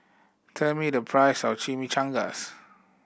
tell me the price of Chimichangas